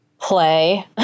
play